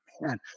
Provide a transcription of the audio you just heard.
man